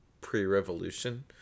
pre-revolution